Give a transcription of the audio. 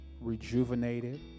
rejuvenated